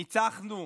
ניצחנו,